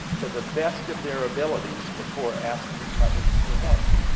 to the best of their abilities before asking others for help.